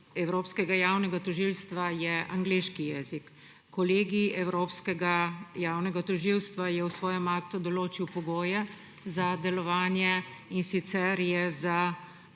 Evropskega javnega tožilstva je angleški jezik. Kolegij Evropskega javnega tožilstva je v svojem aktu določil pogoje za delovanje, in sicer je